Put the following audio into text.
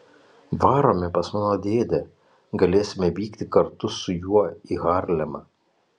varome pas mano dėdę galėsime vykti kartu su juo į harlemą